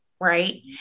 right